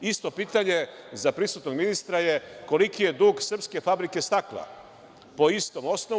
Isto pitanje za prisutnog ministra je – koliki je dug srpske fabrike stakla po istom osnovu?